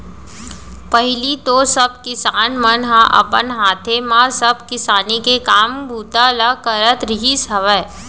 पहिली तो सब किसान मन ह अपन हाथे म सब किसानी के काम बूता ल करत रिहिस हवय